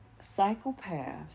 psychopaths